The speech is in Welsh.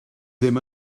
ddim